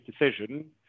decision